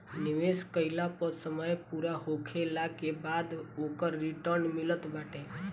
निवेश कईला पअ समय पूरा होखला के बाद ओकर रिटर्न मिलत बाटे